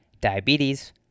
diabetes